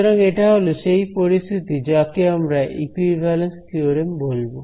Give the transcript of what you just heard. সুতরাং এটা হল সেই পরিস্থিতি যাকে আমরা ইকুইভ্যালেন্স থিওরেম বলবো